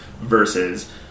versus